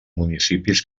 municipis